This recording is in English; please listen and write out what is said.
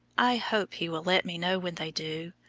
i hope he will let me know when they do.